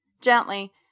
Gently